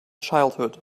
childhood